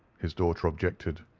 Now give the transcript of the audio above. his daughter objected.